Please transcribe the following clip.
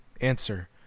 Answer